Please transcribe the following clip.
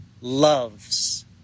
loves